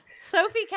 Sophie